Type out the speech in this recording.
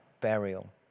burial